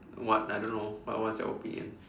what I don't know what what's your opinion